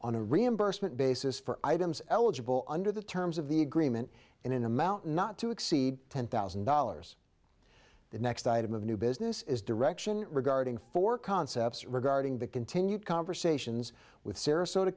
on a reimbursement basis for items eligible under the terms of the agreement in an amount not to exceed ten thousand dollars the next item of new business is direction regarding four concepts regarding the continued conversations with sarasota